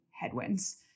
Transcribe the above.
headwinds